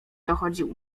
dochodził